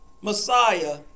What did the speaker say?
Messiah